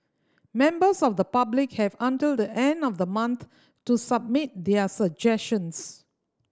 members of the public have until the end of the month to submit their suggestions